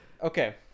Okay